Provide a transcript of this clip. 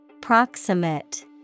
Proximate